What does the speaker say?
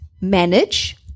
manage